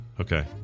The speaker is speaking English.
okay